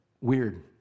weird